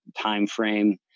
timeframe